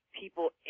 people